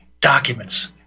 documents